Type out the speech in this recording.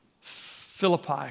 Philippi